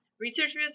researchers